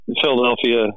philadelphia